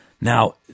Now